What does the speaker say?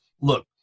look